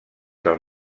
del